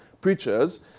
preachers